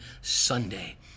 Sunday